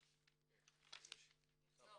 --- לא,